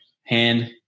hand